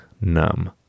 numb